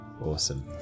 awesome